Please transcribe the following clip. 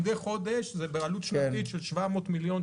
מדי חודש זה בעלות שנתית של 700 מיליון,